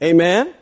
Amen